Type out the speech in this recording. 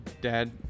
dad